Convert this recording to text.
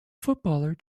footballer